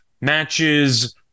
matches